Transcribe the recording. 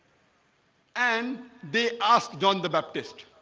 and they asked john the baptist